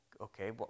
Okay